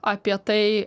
apie tai